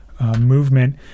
movement